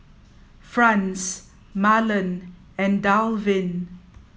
Franz Marlen and Dalvin